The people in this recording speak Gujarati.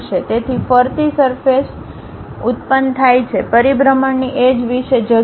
તેથી ફરતી સરફેસ ઉત્પન્ન થાય છે પરિભ્રમણની એજ વિશે જગ્યા